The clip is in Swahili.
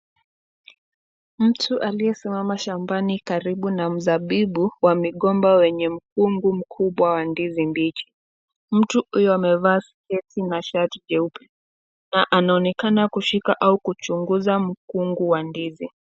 Mtu aliyesimama shambani karibu na mzabibu wa migomba wenye mkungu mkubwa wa ndizi mbichi. Mtu huyo amevaa sketi na shati jeupe na anaonekana kushika au kuchunguza mkungu wa ndizi.